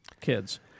kids